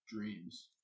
dreams